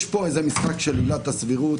יש פה משחק של עילת הסבירות.